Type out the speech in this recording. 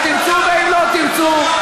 אם תרצו ואם לא תרצו,